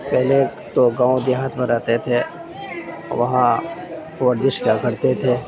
پہلے تو گاؤں دیہات میں رہتے تھے وہاں ورزش کر کرتے تھے